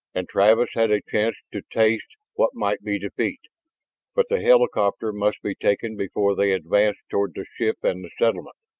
and travis had a chance to taste what might be defeat but the helicopter must be taken before they advanced toward the ship and the settlement.